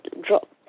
drop